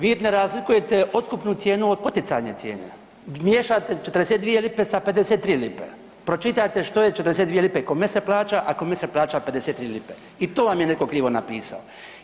Vi ne razlikujete otkupnu cijenu od poticajne cijene, miješate 42 lipe sa 53 lipe, pročitajte što je 42 lipe kome se plaća, a kome se plaća 53 lipe i to vam je netko krivo napisao.